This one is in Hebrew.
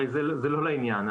הרי זה לא לעניין.